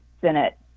senate